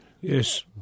Yes